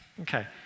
Okay